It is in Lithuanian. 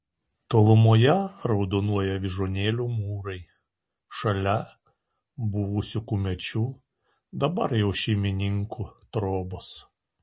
tolumoje raudonuoja vyžuonėlių mūrai šalia buvusių kumečių dabar jau šeimininkų trobos